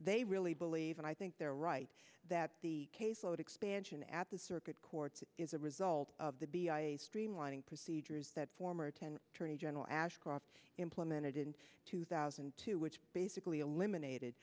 they really believe and i think they're right that the caseload expansion at the circuit courts is a result of the streamlining procedures that former ten twenty general ashcroft implemented in two thousand and two which basically eliminated